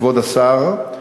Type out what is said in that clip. כבוד השר,